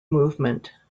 movement